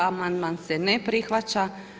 Amandman se ne prihvaća.